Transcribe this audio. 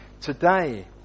today